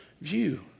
view